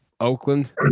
Oakland